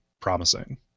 promising